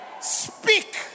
speak